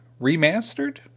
remastered